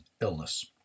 illness